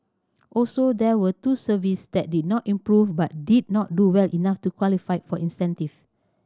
also there were two services that did not improve but did not do well enough to qualify for incentive